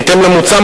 בהתאם למוצע,